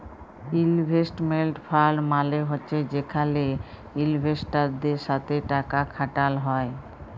investment fund মালে হছে যেখালে ইলভেস্টারদের সাথে টাকা খাটাল হ্যয়